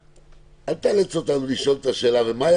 אל תאלץ אותנו לשאול את השאלה מה היה